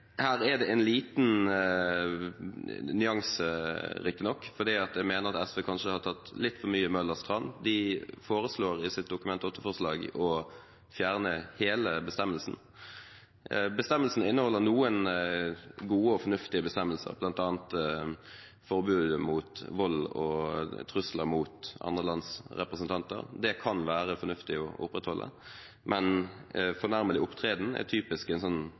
Her er det en liten nyanse, riktignok, for jeg mener at SV kanskje har tatt litt for mye Møllers tran. De foreslår i sitt Dokument 8-forslag å fjerne hele bestemmelsen. Bestemmelsen inneholder noen gode og fornuftige bestemmelser, bl.a. forbudet mot vold og trusler mot andre lands representanter, som det kan være fornuftig å opprettholde, men «fornærmelig» opptreden er typisk et vilkår som kan slå ut feil i en